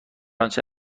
آنچه